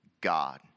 God